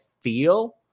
feel